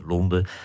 Londen